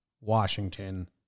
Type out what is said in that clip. Washington